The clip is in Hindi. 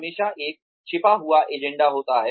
हमेशा एक छिपा हुआ एजेंडा होता है